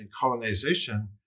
colonization